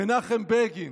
מנחם בגין,